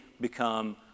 become